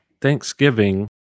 Thanksgiving